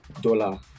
dollar